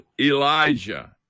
Elijah